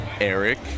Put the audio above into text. Eric